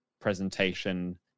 presentation